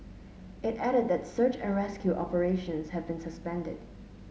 it added that search and rescue operations have been suspended